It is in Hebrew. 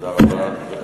תודה רבה.